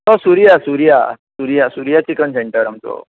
हय Surya Surya Surya Surya chicken centre आमचो